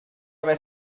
haver